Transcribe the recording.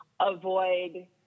avoid